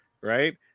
right